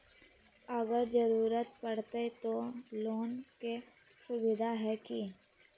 अगर जरूरत परते तो लोन के सुविधा है की?